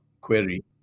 query